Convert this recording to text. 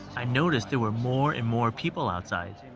i noticed there were more and more people outside.